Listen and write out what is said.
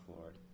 Lord